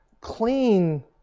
clean